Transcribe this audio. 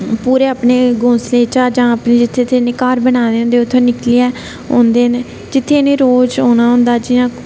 पुरे अपने घोंसले बिचा जां जित्थे जित्थे इनें अपने घार बनाए दे होंदे ना उत्थुआं निकली औंदे ना उत्थुआं इनें रोज औना होंदा जियां